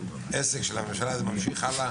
אם העסק של הממשלה הזאת ממשיך הלאה,